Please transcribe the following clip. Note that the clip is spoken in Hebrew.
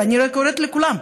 ואני רק קוראת לכולם,